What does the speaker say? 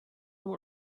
know